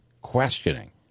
Questioning